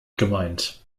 gemeint